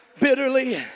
bitterly